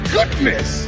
Goodness